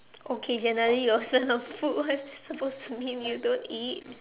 okay generally also not food what's supposed to mean you don't eat